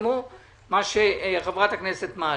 כמו מה שחברת הכנסת מעלה.